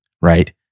right